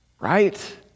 Right